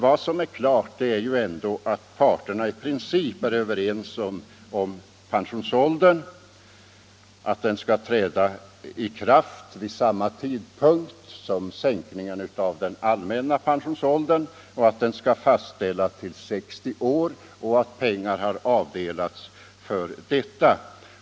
Vad som är klart är ändå att parterna är överens om att den lägre pensionsåldern skall träda i kraft vid samma tidpunkt som sänkningen av den allmänna pensionsåldern och att den skall fastställas till 60 år. Pengar har avdelats till detta.